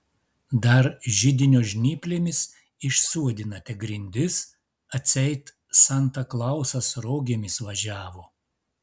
dar židinio žnyplėmis išsuodinate grindis atseit santa klausas rogėmis važiavo